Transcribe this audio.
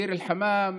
ביר אל-חמאם,